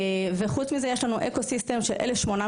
וחוץ מזה יש לנו אקו סיסטם של 1,800